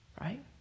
right